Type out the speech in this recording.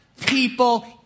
people